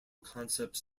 concepts